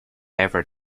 ever